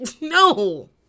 No